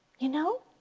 you know,